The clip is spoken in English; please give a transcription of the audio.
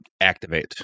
activate